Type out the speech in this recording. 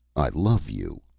i love you!